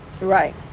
Right